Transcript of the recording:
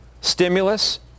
stimulus